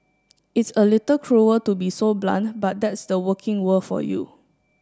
it's a little cruel to be so blunt but that's the working world for you